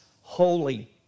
holy